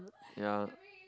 ya